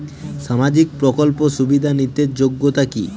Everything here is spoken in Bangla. সামাজিক প্রকল্প সুবিধা নিতে যোগ্যতা কি?